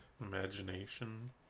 imagination